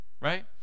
right